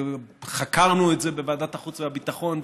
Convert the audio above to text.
וחקרנו את זה בוועדת החוץ והביטחון,